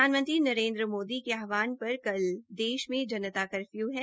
प्रधानमंत्री नरेन्द्र मोदी के आह्वान पर कल देश में जनता कर्फ्यू है